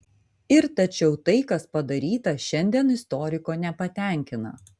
ir tačiau tai kas padaryta šiandien istoriko nepatenkina